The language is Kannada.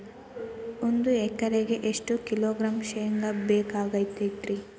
ಒಂದು ಎಕರೆಗೆ ಎಷ್ಟು ಕಿಲೋಗ್ರಾಂ ಶೇಂಗಾ ಬೇಕಾಗತೈತ್ರಿ?